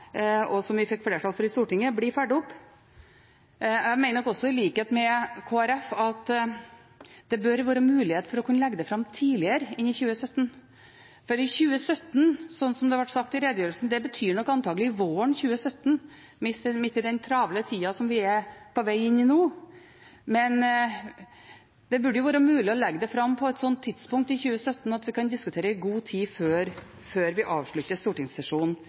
og som vi fikk flertall for i Stortinget, blir fulgt opp. Jeg mener nok også, i likhet med Kristelig Folkeparti, at det bør være mulighet for å kunne legge det fram tidligere enn i 2017, for 2017, slik som det ble sagt i redegjørelsen, betyr nok antakelig våren 2017, midt i den travle tida som vi er på vei inn i nå. Det burde være mulig å legge det fram på et slikt tidspunkt i 2017 at vi kan diskutere det i god tid før vi avslutter den stortingssesjonen.